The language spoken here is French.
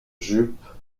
jupes